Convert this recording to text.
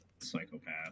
Psychopath